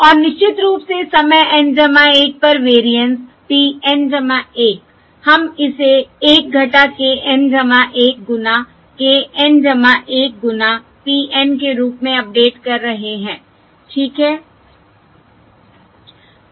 और निश्चित रूप से समय N 1 पर वेरिएंस p N 1 हम इसे 1 k N 1 गुना x N 1 गुना p N के रूप में अपडेट कर रहे हैं ठीक है